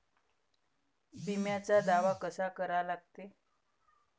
बिम्याचा दावा कसा करा लागते?